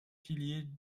piliers